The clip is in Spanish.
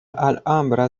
alhambra